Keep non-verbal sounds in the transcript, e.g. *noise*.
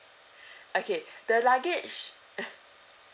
*breath* okay *breath* the luggage *laughs*